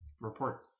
Report